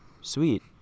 Sweet